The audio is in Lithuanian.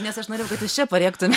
nes aš norėjau kad jūs čia parėktumėt